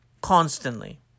constantly